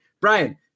Brian